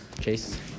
Chase